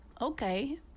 Okay